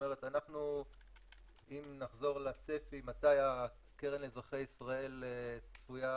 אם נחזור לצפי מתי הקרן לאזרחי ישראל צפויה